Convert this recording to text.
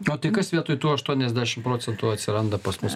o tai kas vietoj tų aštuoniasdešim procentų atsiranda pas mus